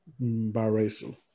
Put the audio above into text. biracial